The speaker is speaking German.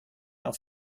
auf